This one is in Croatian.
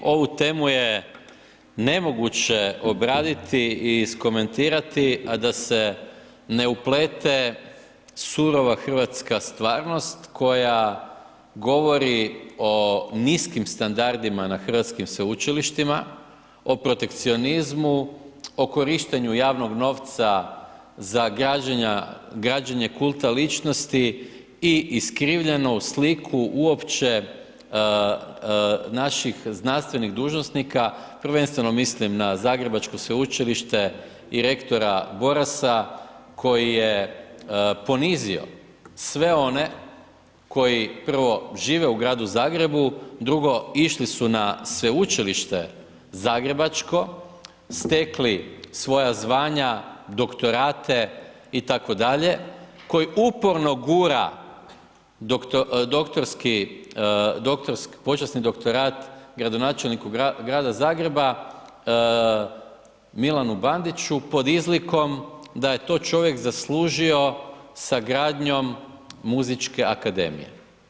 Ovu temu je nemoguće obraditi i iskomentirati, a da se ne uplete surova hrvatska stvarnost koja govori o niskim standardima na hrvatskim sveučilištima, o protekcionizmu, o korištenju javnog novca za građenje kulta ličnosti i iskrivljenu sliku uopće naših znanstvenih dužnosnika, prvenstveno mislim na zagrebačko sveučilište i rektora Borasa, koji je ponizio sve one koji prvo žive u Gradu Zagrebu, drugo išli su na sveučilište zagrebačko, stekli svoja zvanja, doktorate i tako dalje, koji uporno gura doktorski, počasni doktorat gradonačelniku Grada Zagreba, Milanu Bandiću, pod izlikom da je to čovjek zaslužio sa gradnjom Muzičke akademije.